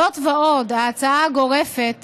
זאת ועוד, ההצעה הגורפת